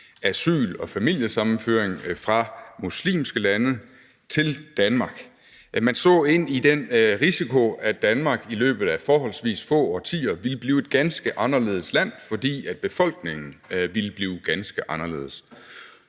stadig flere mennesker fra muslimske lande til Danmark. Man så ind i den risiko, at Danmark i løbet af forholdsvis få årtier ville blive et ganske anderledes land, fordi befolkningen ville blive ganske anderledes.